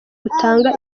butanga